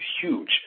huge